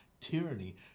tyranny